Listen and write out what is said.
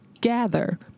Gather